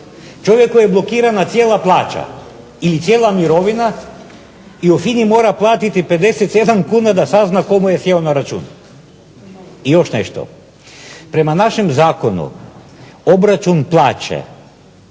kojemu je blokirana cijela plaća ili cijela mirovina i u FINA-i mora platiti 57 kuna da sazna tko mu je sjeo na račun. I još nešto, prema našem Zakonu obračun plaće